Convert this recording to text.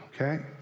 okay